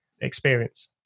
experience